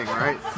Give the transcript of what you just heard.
right